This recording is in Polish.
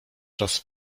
czas